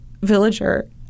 villager